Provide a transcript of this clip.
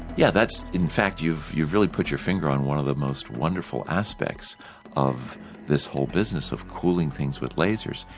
yeah in fact you've you've really put your finger on one of the most wonderful aspects of this whole business of cooling things with lasers.